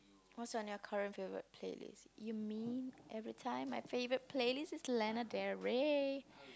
what's on your current favourite playlist you mean every time my favourite playlist is Lana-Del-Ray